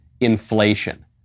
inflation